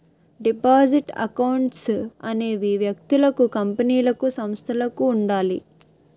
deposit accounts అనేవి వ్యక్తులకు కంపెనీలకు సంస్థలకు ఉండాలి